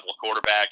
quarterback